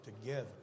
together